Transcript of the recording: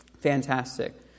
Fantastic